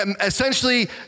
Essentially